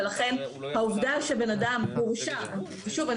ולכן העובדה שבן אדם הורשע - ושוב,